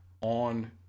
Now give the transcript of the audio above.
on